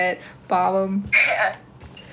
ya ya